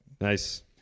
Nice